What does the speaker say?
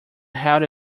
held